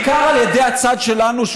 בעיקר על ידי הצד שלנו,